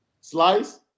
slice